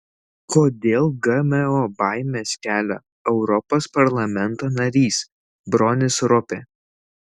kodėl gmo baimes kelia europos parlamento narys bronis ropė